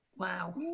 Wow